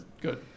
good